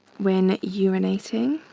when urinating.